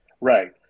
Right